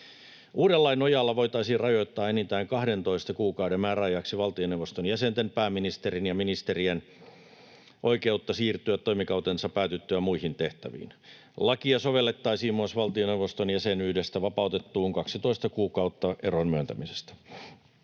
Uuden lain nojalla voitaisiin rajoittaa enintään 12 kuukauden määräajaksi valtioneuvoston jäsenten, pääministerin ja ministerien, oikeutta siirtyä toimikautensa päätyttyä muihin tehtäviin. Lakia sovellettaisiin myös valtioneuvoston jäsenyydestä vapautettuun 12 kuukautta eron myöntämisestä.